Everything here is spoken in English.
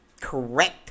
correct